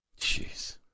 jeez